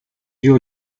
your